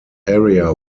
area